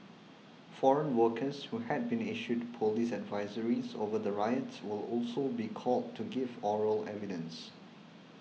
foreign workers who had been issued police advisories over the riot will also be called to give oral evidence